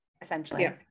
essentially